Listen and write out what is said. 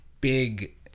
big